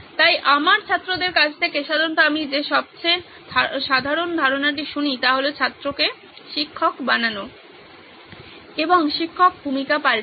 তাই আমার ছাত্রদের কাছ থেকে সাধারণত আমি যে সবচেয়ে সাধারণ ধারণাটি শুনি তা হল ছাত্রকে শিক্ষক বানানো এবং শিক্ষক ভূমিকা পাল্টায়